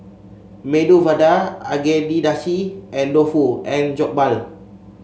Medu Vada Agedashi and Dofu and Jokbal